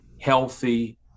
healthy